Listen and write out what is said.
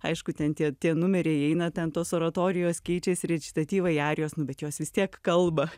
aišku ten tie tie numeriai eina ten tos oratorijos keičiasi rečitatyvai arijos nu bet jos vis tiek kalba